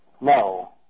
No